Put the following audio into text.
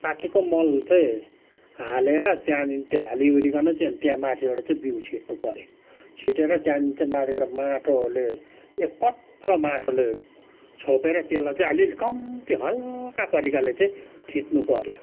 पाकेको मल चाहिँ हालेर त्यहाँदेखि त्यो हालीओरिकन त्यहाँदेखि त्यहाँ माथिबाट चाहिँ बिउ छिट्नु पऱ्यो छिटेर त्यहाँदेखि चाहिँ माथिबाट माटोले एक पत्र माटोले छोपेर त्यसलाई चाहिँ अलिअलि कम्ती हलका प्रकारले चाहिँ थिच्नु पऱ्यो